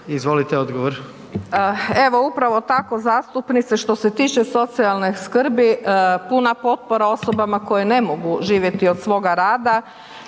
Nada (HDZ)** Evo upravo tako zastupnice, što se tiče socijalne skrbi puna potpora osobama koje ne mogu živjeti od svoga rada